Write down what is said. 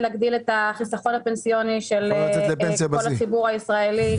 זה מגדיל את החיסכון הפנסיוני של הציבור הישראלי.